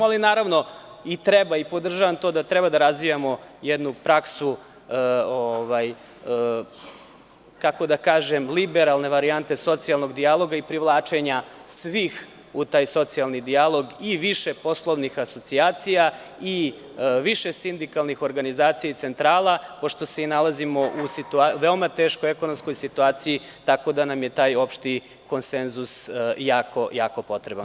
Ali, naravno, i treba i podržavam to da treba da razvijamo jednu praksu, kako da kažem, liberalne varijante socijalnog dijaloga i privlačenja svih u taj socijalni dijalog i više poslovnih asocijacija i više sindikalnih organizacija i centrala, pošto se i nalazimo u veoma teškoj ekonomskoj situaciji, tako da nam je taj opšti konsenzus jako potreban.